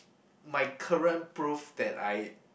my current proof that I